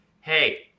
hey